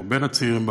או בין הצעירים בכנסת,